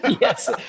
Yes